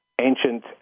ancient